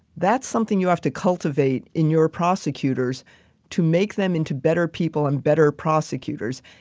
that's something you have to cultivate in your prosecutors to make them into better people and better prosecutors.